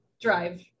drive